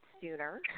sooner